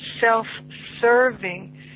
self-serving